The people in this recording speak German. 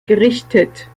gerichtet